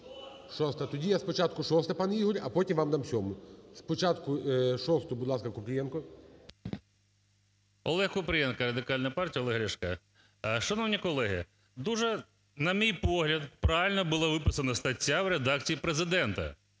Олег Купрієнко, Радикальна партія Олега Ляшка. Шановні колеги, дуже, на мій погляд, правильно була виписана стаття в редакції Президента.